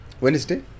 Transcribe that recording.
Wednesday